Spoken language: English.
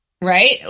Right